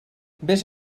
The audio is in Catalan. vés